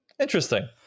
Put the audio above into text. Interesting